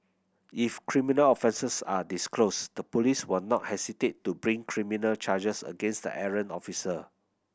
if criminal offences are disclosed the police will not hesitate to bring criminal charges against the errant officer